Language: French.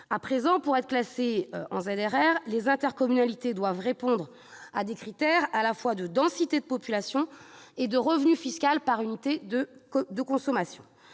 À présent, pour être classées en ZRR, les intercommunalités doivent répondre à des critères à la fois de densité de population et de revenu fiscal par unité de consommation.